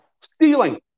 Stealing